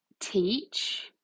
teach